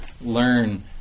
learn